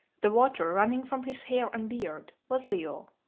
the water running from his hair and beard, was leo.